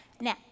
Now